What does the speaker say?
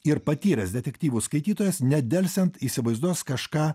ir patyręs detektyvų skaitytojas nedelsiant įsivaizduos kažką